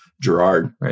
Gerard